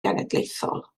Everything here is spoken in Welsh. genedlaethol